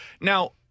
Now